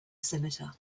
scimitar